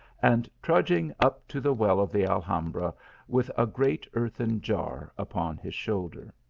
and trudging up to the well of the alhambra with a great earthen jar upon his shoulder.